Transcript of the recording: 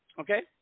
okay